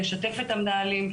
לשתף את המנהלים.